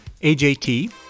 AJT